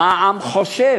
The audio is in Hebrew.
מה העם חושב,